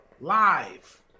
live